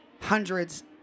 hundreds